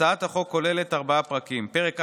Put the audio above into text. הצעת החוק כוללת ארבעה פרקים: פרק א',